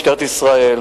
משטרת ישראל,